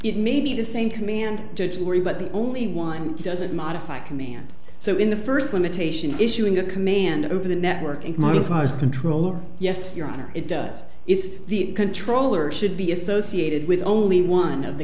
it may be the same command judge were you but the only one doesn't modify command so in the first limitation issuing a command over the network it modifies control or yes your honor it does is the controller should be associated with only one of the